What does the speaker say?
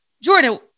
Jordan